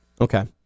Okay